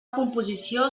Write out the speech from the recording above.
composició